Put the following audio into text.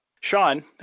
Sean